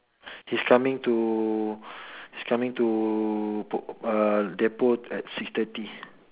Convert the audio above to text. he's coming to he's coming to uh depot at six thirty